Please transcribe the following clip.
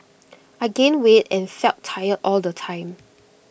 I gained weight and felt tired all the time